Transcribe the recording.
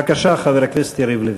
בבקשה, חבר הכנסת יריב לוין.